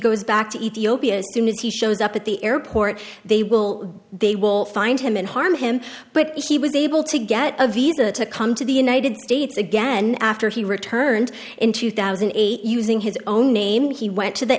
goes back to ethiopia soon if he shows up at the airport they will they will find him and harm him but he was able to get a visa to come to the united states again after he returned in two thousand and eight using his own name he went to the